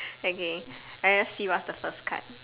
okay let me see what's the first card